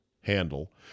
handle